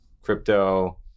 crypto